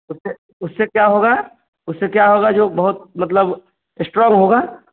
उससे उससे क्या होगा उससे क्या होगा जो बहुत मतलब इस्ट्राँग होगा